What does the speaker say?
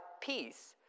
peace